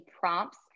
prompts